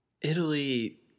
Italy